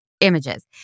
images